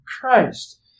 Christ